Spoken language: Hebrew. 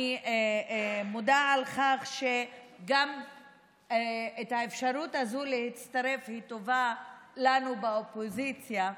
אני מודה על כך שגם האפשרות הזו להצטרף טובה לנו באופוזיציה,